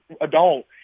adult